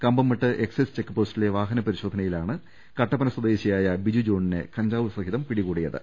Kambammettu excise ചെക്പോ സ്റ്റിലെ വാഹന പരിശോധനിയിലാണ് കട്ടപ്പന സ്വദേശിയായ ബിജു ജോണിനെ കഞ്ചാവ് സഹിതം പിടികൂടിയത്